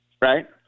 Right